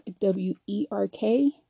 w-e-r-k